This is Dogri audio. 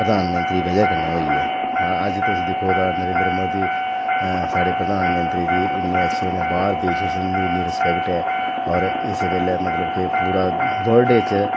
प्रधानमंत्री दी बजह कन्नै होई ऐ अज्ज तुस दिक्खो तां नरेंद्र मोदी साढ़े प्रधानमंत्री जी इन्ने अच्छे न बाह्र देश च इन्नी रिस्पेक्ट ऐ होर इस बेल्लै मतलब कि पूरा वर्ल्ड इच